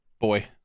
boy